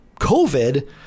COVID